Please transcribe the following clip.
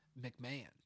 McMahon